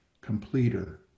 completer